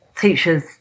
teachers